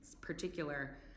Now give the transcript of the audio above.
particular